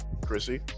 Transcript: Chrissy